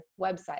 website